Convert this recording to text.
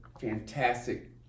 fantastic